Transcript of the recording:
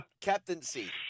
Captaincy